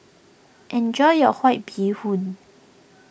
enjoy your White Bee Hoon